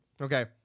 okay